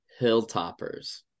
Hilltoppers